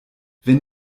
wenn